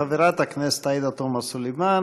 חברת הכנסת עאידה תומא סלימאן.